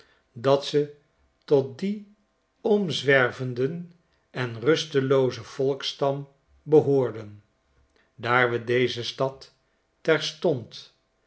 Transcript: dat ze tot dien omzwervenden en rusteloozen volksstam behoorden daar we deze stad terstond